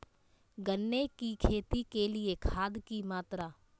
गन्ने की खेती के लिए खाद की मात्रा?